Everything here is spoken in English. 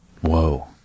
Whoa